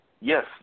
Yes